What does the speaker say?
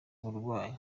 uburwayi